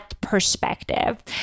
perspective